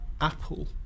Apple